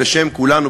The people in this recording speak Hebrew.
בשם כולנו,